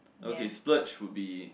okay splurge would be